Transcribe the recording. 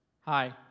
hi